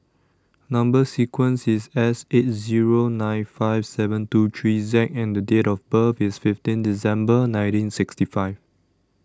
Number sequence IS S eight Zero nine five seven two three Z and Date of birth IS fifteen December nineteen sixty five